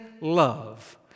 love